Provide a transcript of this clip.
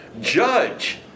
Judge